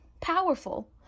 powerful